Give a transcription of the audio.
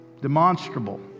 demonstrable